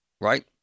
right